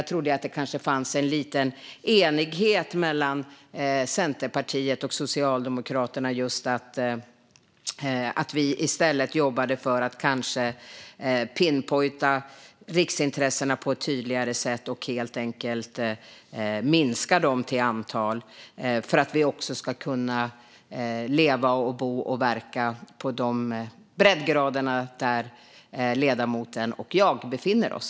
Jag trodde att det kanske fanns en liten enighet mellan Centerpartiet och Socialdemokraterna om att vi i stället ska jobba för att pinpointa riksintressena på ett tydligare sätt och minska dem till antalet för att vi ska kunna leva, bo och verka på de breddgrader där ledamoten och jag befinner oss.